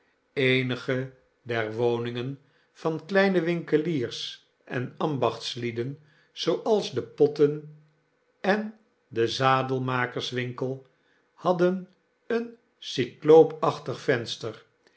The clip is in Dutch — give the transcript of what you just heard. eenige der woningen van kleine winkeliers en ambachtslieden zooals de potten en de zadelmakerswinkel hadden een cycloopachtig venster